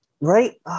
Right